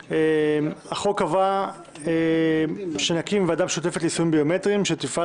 החוק קבע שנקים ועדה משותפת ליישומים ביומטריים שתופעל